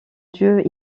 dieu